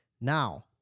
Now